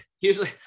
Usually